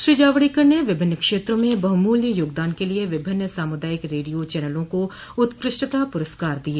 श्री जावड़ेकर ने विभिन्न क्षत्रों में बहुमूल्य योगदान के लिए विभिन्न सामुदायिक रेडियो चैनलों को उत्कृष्टता पुरस्कार दिए